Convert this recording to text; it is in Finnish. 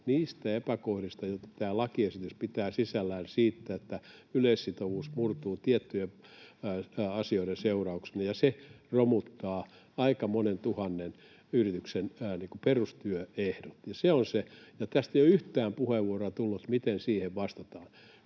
niistä epäkohdista, joita tämä lakiesitys pitää sisällään siitä, että yleissitovuus murtuu tiettyjen asioiden seurauksena, ja se romuttaa aika monen tuhannen yrityksen perustyöehdot. Se on se, ja tästä ei ole tullut yhtään puheenvuoroa, miten siihen vastataan.